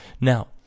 Now